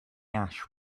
ash